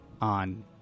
on